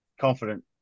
confident